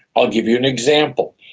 i'll give you an example.